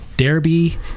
Derby